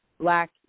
black